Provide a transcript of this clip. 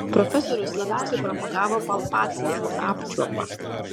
profesorius labiausiai propagavo palpaciją apčiuopą